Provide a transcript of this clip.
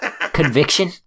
Conviction